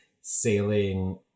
sailing